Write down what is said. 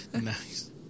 Nice